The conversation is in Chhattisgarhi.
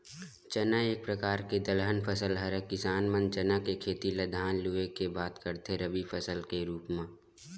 चना एक परकार के दलहन फसल हरय किसान मन चना के खेती ल धान लुए के बाद करथे रबि फसल के रुप म